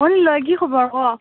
ঐ নিলয় কি খবৰ ক